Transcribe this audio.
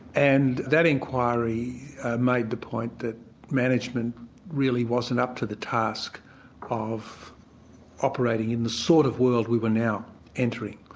and that inquiry made the point that management really wasn't up to the task of operating in the sort of world we were now entering.